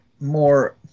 more